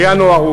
בינואר הוא